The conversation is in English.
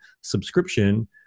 subscription